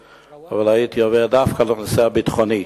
הייתי עובר דווקא לנושא הביטחוני.